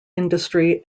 industry